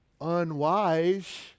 unwise